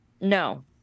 no